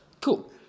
Cool